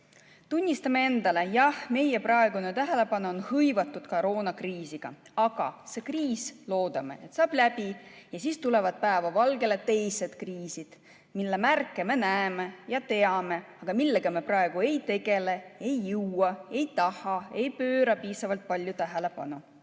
Tunnistame endale, jah, meie tähelepanu on praegu hõivanud koroonakriis, aga see kriis, loodame, saab läbi ja siis tulevad päevavalgele teised kriisid, mille märke me näeme ja teame, aga millega me praegu ei tegele, ei jõua, ei taha, ei pööra piisavalt palju tähelepanu. Mitmed